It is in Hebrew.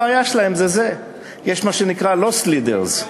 הבעיה שלהם, יש מה שנקרא loss leaders,